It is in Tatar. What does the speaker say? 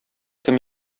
кем